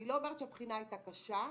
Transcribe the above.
אני לא אומרת שהבחינה הייתה קשה,